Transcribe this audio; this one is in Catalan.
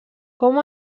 com